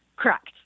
Correct